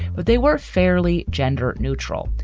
but they were fairly gender neutral.